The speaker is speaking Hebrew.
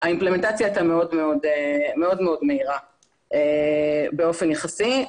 האימפלמנטציה הייתה מאוד מאוד מהירה באופן יחסי.